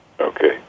Okay